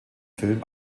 film